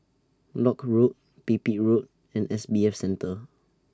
Lock Road Pipit Road and S B F Center